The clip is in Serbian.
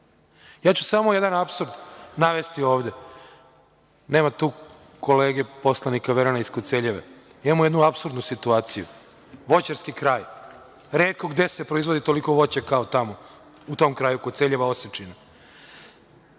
ću jedan apsurd navesti ovde. Nema tu kolege poslanika iz Koceljeve. Imamo jednu apsurdnu situaciju. Voćarski kraj, retko gde se proizvodi toliko voća kao tamo u tom kraju Koceljeva – Osečina.